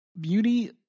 Beauty